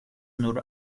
nur